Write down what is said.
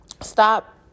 stop